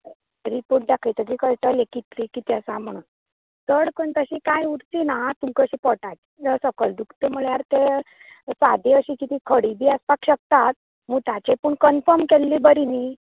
report दाखतकीर कळटलें कितें तें कितें आसा म्हण चड करून तशें कांय उरचें ना तुमका अशें पोटाचें सकयल दुखता म्हळ्यार तें सादी अशें खडी बी आसपाक शकतात मुताचे पुण काॅनफर्म केल्लें बरें न्हीं